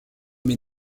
mais